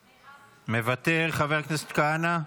מוותר, חבר הכנסת כהנא,